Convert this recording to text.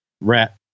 Rat